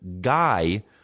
guy